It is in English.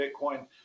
Bitcoin